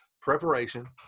preparation